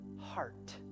heart